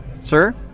sir